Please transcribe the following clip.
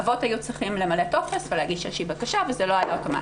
אבות היו צריכים למלא טופס ולהגיש איזושהי בקשה וזה לא היה אוטומטי.